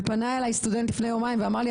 ופנה אליי סטודנט לפני יומיים ואמר לי,